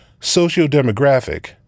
socio-demographic